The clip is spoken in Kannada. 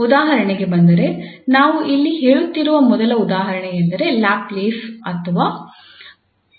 ಉದಾಹರಣೆಗೆ ಬಂದರೆ ನಾವು ಇಲ್ಲಿ ಹೇಳುತ್ತಿರುವ ಮೊದಲ ಉದಾಹರಣೆಯೆಂದರೆ ಲ್ಯಾಪ್ಲೇಸ್ ಅಥವಾ ಪಾಯ್ಸನ್ ಸಮೀಕರಣ